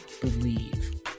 believe